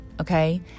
Okay